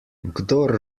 kdor